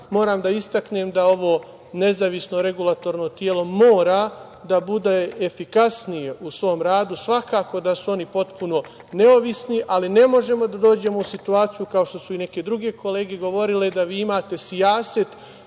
moram da istaknem da ovo nezavisno regulatorno telo mora da bude efikasnije u svom radu. Svakako da su oni potpuno nezavisni, ali ne možemo da dođemo u situaciju, kao što su i neke druge kolege govorile, da vi imate sijaset